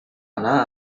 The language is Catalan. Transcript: anar